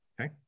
okay